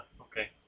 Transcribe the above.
okay